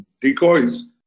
decoys